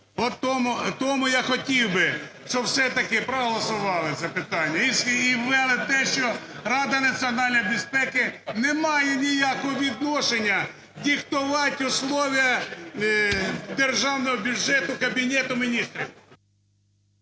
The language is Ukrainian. тому я хотів би, щоб все-таки проголосували це питання. І ввели те, що Рада національної безпеки не має ніякого відношення диктувати условія державного бюджету Кабінету Міністрів.